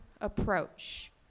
approach